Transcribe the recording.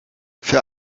für